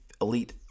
elite